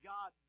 God